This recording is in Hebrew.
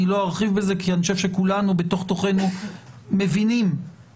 לא ארחיב בזה כי אני חושב שכולנו מבינים בתוך תוכנו